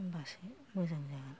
होमबासो मोजां जागोन